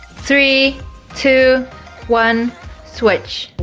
three two one switch